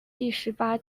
第十八